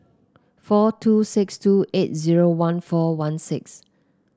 four two six two eight zero one four one six